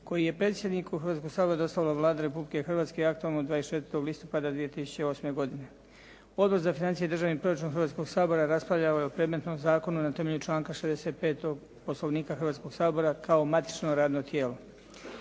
koji je predsjedniku Hrvatskoga sabora dostavila Vlada Republike Hrvatske aktom od 24. listopada 2008. godine. Odbor za financije i državni proračun Hrvatskoga sabora raspravljao je o predmetnom zakonu na temelju članka 65. Poslovnika Hrvatskoga sabora kao matično radno tijelo.